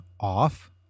off